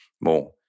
more